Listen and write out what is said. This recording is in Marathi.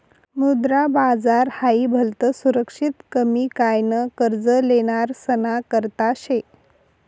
मुद्रा बाजार हाई भलतं सुरक्षित कमी काय न कर्ज लेनारासना करता शे